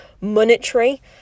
monetary